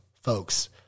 folks